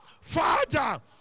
Father